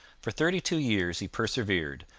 for thirty-two years he persevered,